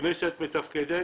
הכנסת מתפקדת